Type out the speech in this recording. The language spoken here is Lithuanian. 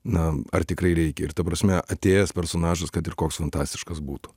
na ar tikrai reikia ir ta prasme atėjęs personažas kad ir koks fantastiškas būtų